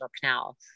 canal